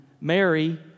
Mary